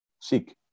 Seek